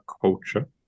culture